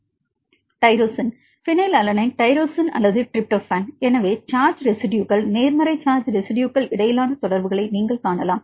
மாணவர் tyrosine phenyl alanine tyrosine அல்லது tryptophan எனவே சார்ஜ் ரெஸிட்யுகள் நேர்மறை சார்ஜ் ரெஸிட்யுகள் இடையிலான தொடர்புகளை நீங்கள் காணலாம்